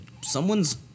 someone's